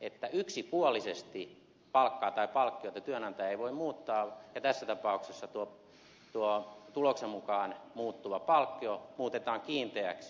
että yksipuolisesti palkkaa tai palkkiota työnantaja ei voi muuttaa ja tässä tapauksessa tuo tuloksen mukaan muuttuva palkkio muutetaan kiinteäksi